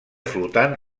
flotant